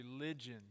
religion